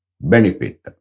benefit